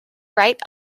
right